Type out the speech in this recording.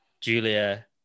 Julia